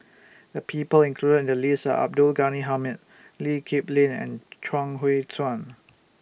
The People included in The list Are Abdul Ghani Hamid Lee Kip Lin and Chuang Hui Tsuan